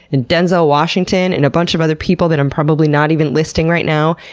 and denzel washington, and a bunch of other people that i'm probably not even listing right now.